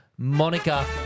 Monica